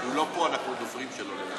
הוא לא פה, אנחנו דוברים שלו.